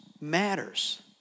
matters